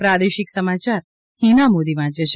પ્રાદેશિક સમાચાર હિના મોદી વાંચે છે